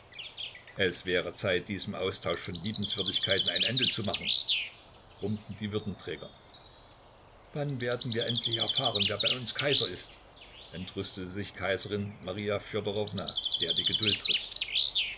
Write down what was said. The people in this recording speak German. es wäre zeit diesem austausch von liebenswürdigkeiten ein ende zu machen brummten die würdenträger wann werden wir endlich erfahren wer bei uns kaiser ist entrüstete sich kaiserin maria fjodorowna der die geduld riß